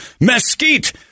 mesquite